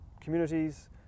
communities